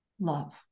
love